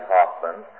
Hoffman